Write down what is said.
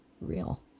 real